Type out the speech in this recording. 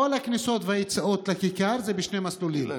כל הכניסות והיציאות לכיכר זה בשני מסלולים,